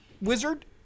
wizard